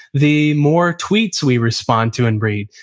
the more tweets we respond to and read,